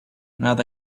not